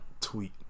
tweet